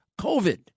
COVID